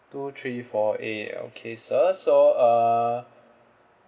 two three four A ah okay sir so uh